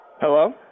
Hello